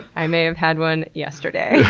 i may have had one yesterday.